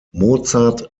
mozart